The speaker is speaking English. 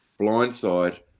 blindside